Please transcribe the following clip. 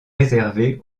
réservé